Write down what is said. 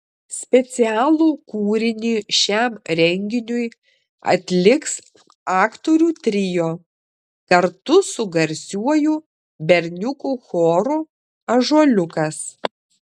specialų kūrinį šiam renginiui atliks aktorių trio kartu su garsiuoju berniukų choru ąžuoliukas